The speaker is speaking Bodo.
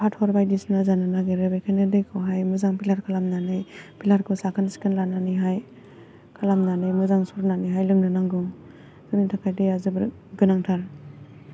फाथ'र बायदिसिना जानो नागिरो बेखायनो दैखौहाय मोजां फिलटार खालामनानै फिलटारखौ साखोन सिखोन लानानैहाय खालामनानै मोजां सरनानैहाय लोंनो नांगौ जोंनि थाखाय दैया जोबोर गोनांथार